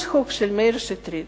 יש חוק של מאיר שטרית,